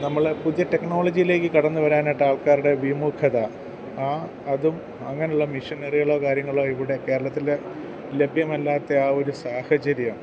നമ്മൾ പുതിയ ടെക്നോളജിയിലേക്ക് കടന്നുവരാനായിട്ട് ആൾക്കാരുടെ വിമുഖത ആ അതും അങ്ങനെയുള്ള മെഷീനറികളോ കാര്യങ്ങളോ ഇവിടെ കേരളത്തിൽ ലഭ്യമല്ലാത്ത ആ ഒരു സാഹചര്യം